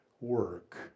work